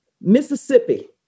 Mississippi